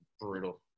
brutal